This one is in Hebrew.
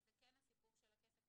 וזה כן הסיפור של הכסף,